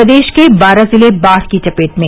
प्रदेश के बारह जिले बाढ़ की चपेट में